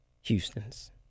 Houston's